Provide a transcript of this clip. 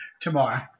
tomorrow